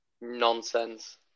Nonsense